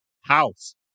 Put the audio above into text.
House